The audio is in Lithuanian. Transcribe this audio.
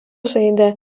žaidė